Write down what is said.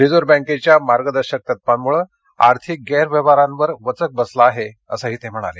reserve बँकेच्या मार्गदर्शक तत्वांमुळं आर्थिक गैरव्यवहारांवर वचक बसला आहे असंही ते म्हणाले